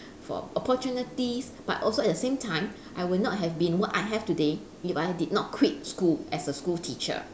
for opportunities but also at the same time I would not have been what I have today if I did not quit school as a school teacher